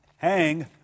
Hang